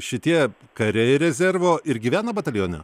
šitie kariai rezervo ir gyvena batalione